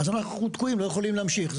אז אנחנו תקועים, לא יכולים להמשיך.